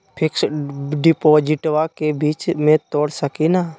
Fix डिपोजिटबा के बीच में तोड़ सकी ना?